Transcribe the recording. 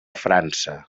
frança